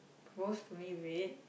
rose to me red